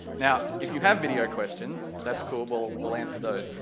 now, if you have video questions, that's cool, we'll we'll answer those,